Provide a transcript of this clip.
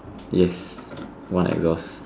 yes one exhaust